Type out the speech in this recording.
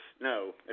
No